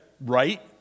right